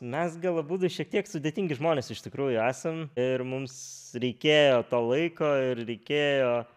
mes gal abudu šiek tiek sudėtingi žmonės iš tikrųjų esam ir mums reikėjo to laiko ir reikėjo